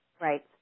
Right